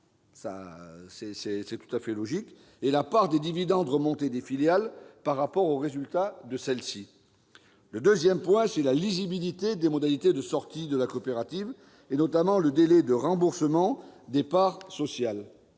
c'est tout à fait logique -et la part des dividendes remontés des filiales par rapport aux résultats de celles-ci. Le deuxième sujet, c'est la lisibilité des modalités de sortie de la coopérative, avec, notamment, des informations sur le délai de remboursement des parts sociales.